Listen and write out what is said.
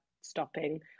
stopping